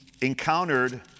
encountered